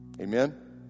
Amen